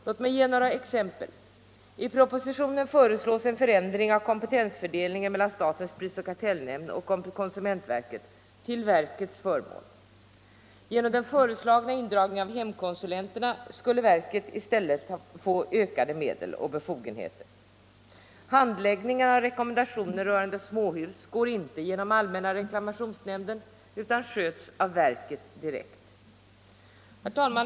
Låt mig ge några exempel: I propositionen föreslås en förändring av kompetensfördelningen mellan statens prisoch kartellnämnd och konsumentverket — till verkets förmån. Genom den föreslagna indragningen av hemkonsulenterna skulle verket i stället få ökade medel och befogenheter. Handläggningen av reklamationer rörande småhus går inte genom allmänna reklamationsnämnden utan sköts av verket direkt. Herr talman!